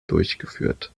durchgeführt